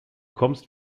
kommst